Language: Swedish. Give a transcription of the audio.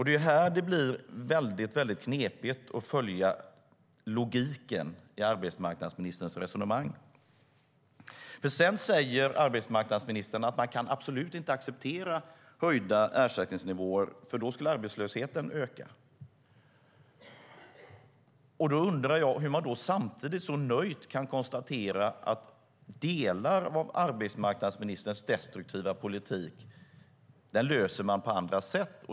Det är här det blir väldigt knepigt att följa logiken i arbetsmarknadsministerns resonemang. Sedan säger nämligen arbetsmarknadsministern att man absolut inte kan acceptera höjda ersättningsnivåer, för då skulle arbetslösheten öka. Då undrar jag hur hon samtidigt så nöjt kan konstatera att delar av arbetsmarknadsministerns destruktiva politik löser man på andra sätt.